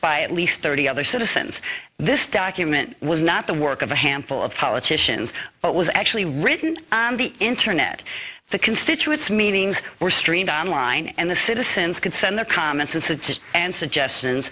by at least thirty other citizens this document was not the work of a handful of politicians but was actually written on the internet the constituents meetings were streamed online and the citizens could send their comments in cities and suggestions